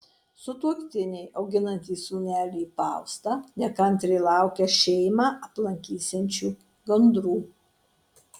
sutuoktiniai auginantys sūnelį faustą nekantriai laukia šeimą aplankysiančių gandrų